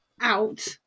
out